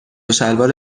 شلوار